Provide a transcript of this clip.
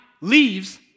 leaves